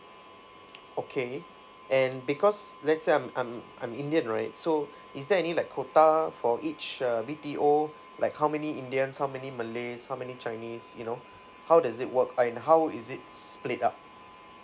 okay and because let's say I'm I'm I'm indian right so is there any like quota for each uh B_T_O like how many indians how many malays how many chinese you know how does it work and how is it split up